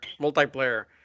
multiplayer